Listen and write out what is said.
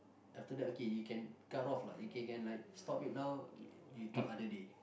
after that okay you can cut off lah you can can like stop it now talk other day